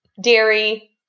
dairy